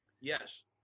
Yes